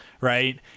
right